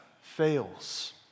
fails